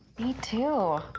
me too. ah,